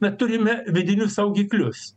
na turime vidinius saugiklius